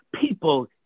People